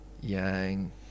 Yang